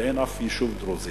ואין אף יישוב דרוזי.